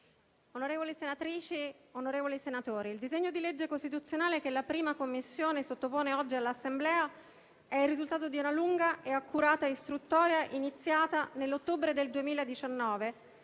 onorevoli senatrici e senatori, il disegno di legge costituzionale che la 1a Commissione sottopone oggi all'Assemblea è il risultato di una lunga e accurata istruttoria iniziata nell'ottobre del 2019,